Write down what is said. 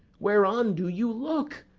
whereon do you look?